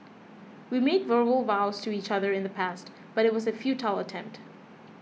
we made verbal vows to each other in the past but it was a futile attempt